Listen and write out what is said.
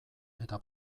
eta